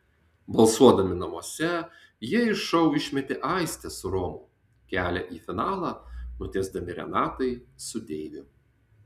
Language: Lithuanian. balsuodami namuose jie iš šou išmetė aistę su romu kelią į finalą nutiesdami renatai su deiviu